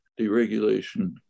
Deregulation